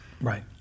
Right